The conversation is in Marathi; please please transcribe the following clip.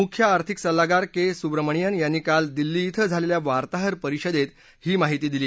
मुख्य आर्थिक सल्लागार के सुब्रमणिअन यांनी काल नवी दिल्ली इथं झालेल्या वार्ताहर परिषदेत ही माहिती दिली